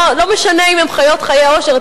לא משנה אם הן חיות חיי אושר.